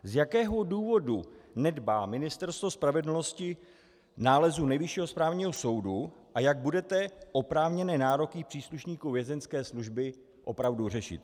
Z jakého důvodu nedbá Ministerstvo spravedlnosti nálezu Nejvyššího správního soudu a jak budete oprávněné nároky příslušníků Vězeňské služby opravdu řešit?